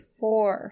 four